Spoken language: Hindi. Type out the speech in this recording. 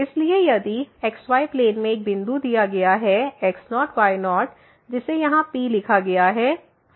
इसलिए यदि xy प्लेन में एक बिंदु दिया गया है x0 y0 जिसे यहाँ P लिखा गया है